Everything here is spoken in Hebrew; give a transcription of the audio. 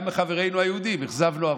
גם מחברינו היהודים אכזבנו הרבה.